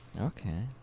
Okay